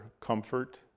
comfort